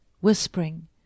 whispering